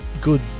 good